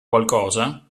qualcosa